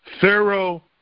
Pharaoh